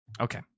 Okay